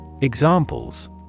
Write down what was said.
Examples